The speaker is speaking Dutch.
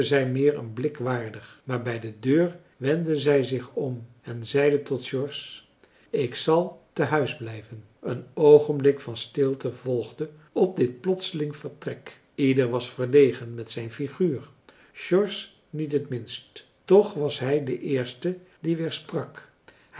zij meer een blik waardig maar bij de deur wendde zij zich om en zeide tot george ik zal te huis blijven een oogenblik van stilte volgde op dit plotseling vertrek ieder was verlegen met zijn figuur george niet het minst toch was hij de eerste die weer sprak